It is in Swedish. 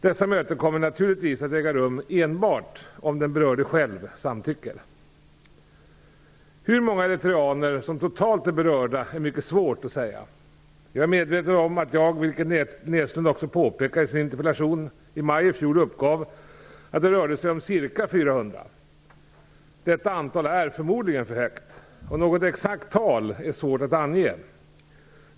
Dessa möten kommer naturligtvis att äga rum enbart om den berörde själv samtycker. Hur många eritreaner som totalt är berörda är mycket svårt att säga. Jag är medveten om att jag, vilket Näslund också påpekar i sin interpellation, i maj i fjol uppgav att det rörde sig om ca 400. Detta antal är förmodligen för högt, och något exakt tal är svårt att ange.